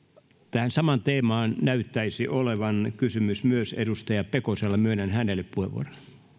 tähän samaan teemaan näyttäisi olevan kysymys myös edustaja pekosella myönnän hänelle puheenvuoron